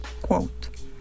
quote